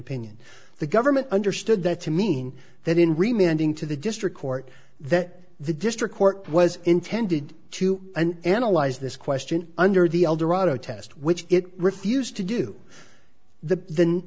opinion the government understood that to mean that in reminding to the district court that the district court was intended to analyze this question under the eldorado test which it refused to do the th